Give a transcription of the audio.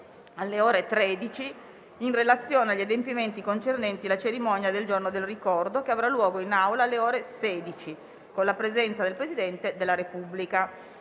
alle ore 13, in relazione agli adempimenti concernenti la cerimonia del Giorno del ricordo, che avrà luogo in Aula alle ore 16 con la presenza del Presidente della Repubblica.